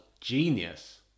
genius